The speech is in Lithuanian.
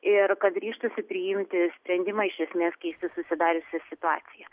ir kad ryžtųsi priimti sprendimą iš esmės keisti susidariusią situaciją